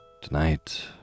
Tonight